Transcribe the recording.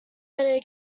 better